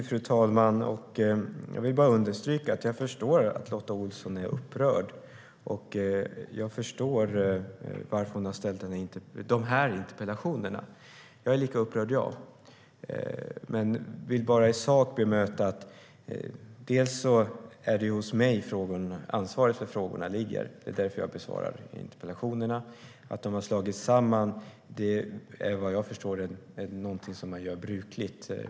Fru talman! Jag vill bara understryka att jag förstår att Lotta Olsson är upprörd, och jag förstår varför hon har ställt de här interpellationerna. Jag är lika upprörd. Men jag vill bara i sak bemöta ett par saker. Det är hos mig ansvaret för frågorna ligger. Det är därför jag besvarar interpellationerna. Att de har slagits samman är, vad jag förstår, brukligt.